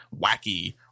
wacky